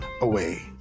away